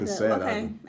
Okay